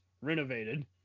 renovated